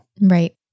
Right